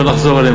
לא נחזור עליהן,